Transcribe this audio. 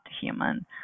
human